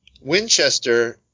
Winchester